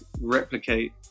replicate